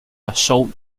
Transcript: assault